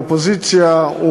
מהאופוזיציה,